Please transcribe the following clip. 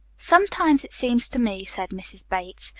sometimes it seems to me, said mrs. bates,